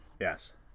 Yes